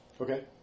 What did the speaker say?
Okay